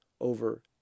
over